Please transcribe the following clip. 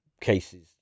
cases